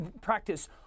practice